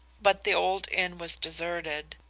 but the old inn was deserted,